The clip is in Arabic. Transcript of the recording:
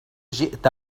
جئت